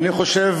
אני חושב